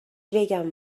بگم